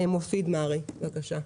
מופיד מרעי, בבקשה.